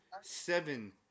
seven